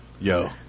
yo